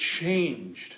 changed